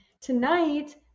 Tonight